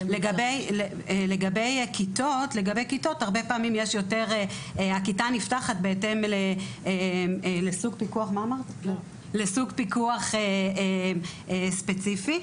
לגבי כיתות הרבה פעמים הכיתה נפתחת לסוג פיקוח ספציפי.